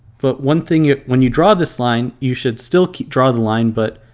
but one thing is when you draw this line you should still draw the line, but